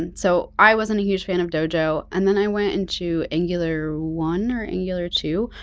and so, i wasn't a huge fan of dojo. and then i went into angular one or angular two,